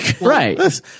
right